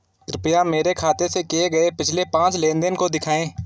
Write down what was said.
कृपया मेरे खाते से किए गये पिछले पांच लेन देन को दिखाएं